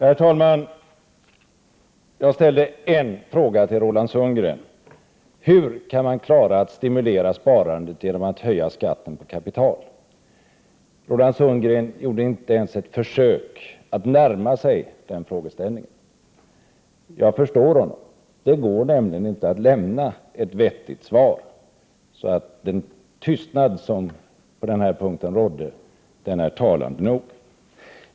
Herr talman! Jag ställde en fråga till Roland Sundgren: Hur kan man klara av att stimulera sparandet genom att höja skatten på kapital? Roland Sundgren gjorde inte ens ett försök att närma sig den frågeställningen. Jag förstår honom. Det går nämligen inte att lämna ett vettigt svar, och den tystnad som rådde på denna punkt är talande nog.